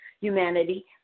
humanity